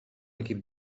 equip